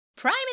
Prime